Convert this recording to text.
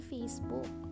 Facebook